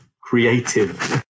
creative